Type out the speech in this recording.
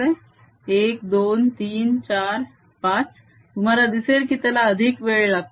1 2 3 4 5 तुम्हाला दिसेल की त्याला अधिक वेळ लागतो